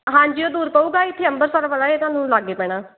ਹਾਂਜੀ ਉਹ ਦੂਰ ਪਊਗਾ ਇੱਥੇ ਅੰਮ੍ਰਿਤਸਰ ਵਾਲਾ ਇਹ ਤੁਹਾਨੂੰ ਲਾਗੇ ਪੈਣਾ